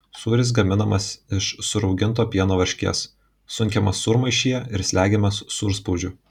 sūris gaminamas iš surauginto pieno varškės sunkiamas sūrmaišyje ir slegiamas sūrspaudžiu